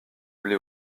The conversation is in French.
blé